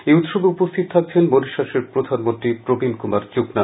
এই উৎসবে উপস্থিত থাকছেন মরিশাসের প্রধানমন্ত্রী প্রবীণ কুমার জুগনা